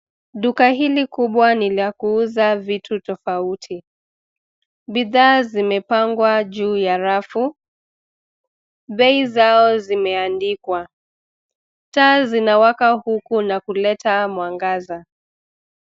Duka hili kubwa ni la kuuza vitu tofauti. Bidhaa zimepangwa juu ya rafu. Bei zao zimeandikwa. Taa zinawaka huku na kuleta mwangaza.